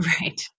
right